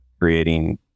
creating